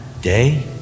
day